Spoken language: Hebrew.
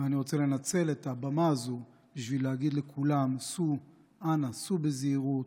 ואני רוצה לנצל את הבמה הזאת בשביל להגיד לכולם: אנא סעו בזהירות.